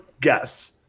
guess